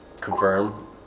confirm